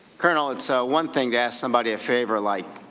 colonel, it's so one thing to ask somebody a favor like,